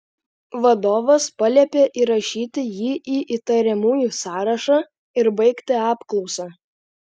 vadovas paliepė įrašyti jį į įtariamųjų sąrašą ir baigti apklausą